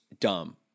dumb